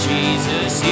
Jesus